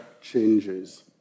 changes